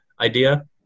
idea